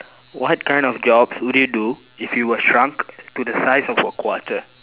what kind of jobs would you do if you were shrunk to the size of a quarter